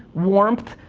warmth,